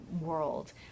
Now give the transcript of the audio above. world